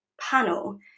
panel